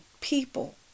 people